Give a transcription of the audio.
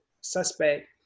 suspect